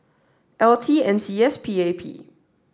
L T NCS and PAP